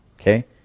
Okay